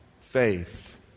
faith